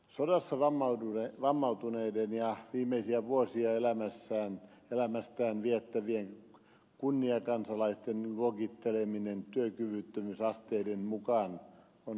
sodassa vammautuneiden ja viimeisiä vuosia elämästään viettävien kunniakansalaisten luokitteleminen työkyvyttömyysasteiden mukaan on hävytöntä